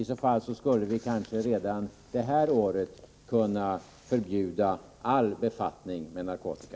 I så fall skulle vi kanske redan det här året kunna förbjuda all befattning med narkotika.